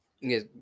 Yes